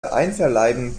einverleiben